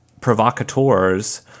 provocateurs